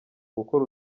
gukora